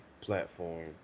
platform